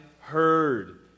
heard